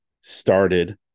started